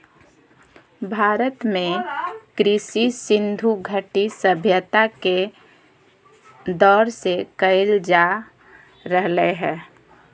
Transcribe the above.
भारत में कृषि सिन्धु घटी सभ्यता के दौर से कइल जा रहलय हें